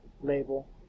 label